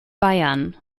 bayern